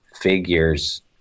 figures